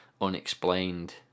unexplained